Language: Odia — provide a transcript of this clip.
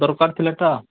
ଦରକାର୍ ଥିଲା ତ